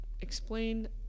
explain